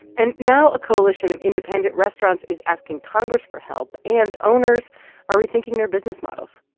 and now a coalition of independent restaurants is asking congress for help, and owners are rethinking their business models.